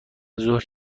ظهر